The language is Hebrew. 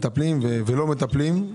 מטפלים ולא מטפלים.